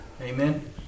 Amen